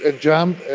ah jump,